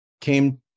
came